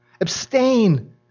Abstain